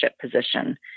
position